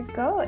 go